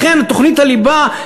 לכן תוכנית הליבה,